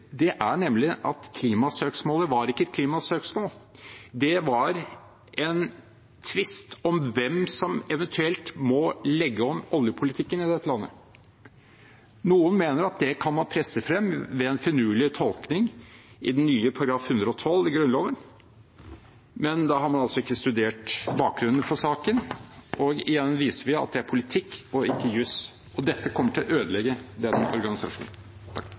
er nemlig at klimasøksmålet ikke var et klimasøksmål. Det var en tvist om hvem som eventuelt må legge om oljepolitikken i dette landet. Noen mener at det kan man presse frem ved en finurlig tolkning av den nye § 112 i Grunnloven, men da har man ikke studert bakgrunnen for saken, og igjen viser vi at det er politikk og ikke juss. Dette kommer til å ødelegge denne organisasjonen.